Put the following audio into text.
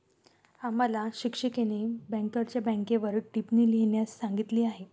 आम्हाला शिक्षिकेने बँकरच्या बँकेवर टिप्पणी लिहिण्यास सांगितली आहे